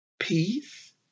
peace